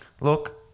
look